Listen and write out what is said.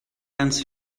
ganz